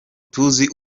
tuzi